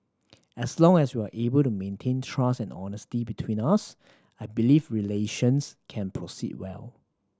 as long as we are able to maintain trust and honesty between us I believe relations can proceed well